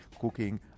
cooking